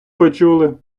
почули